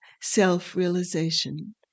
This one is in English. self-realization